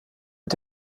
und